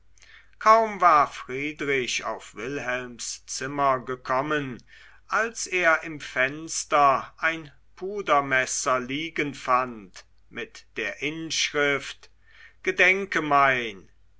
kaum war friedrich auf wilhelms zimmer gekommen als er im fenster ein pudermesser liegen fand mit der inschrift gedenke mein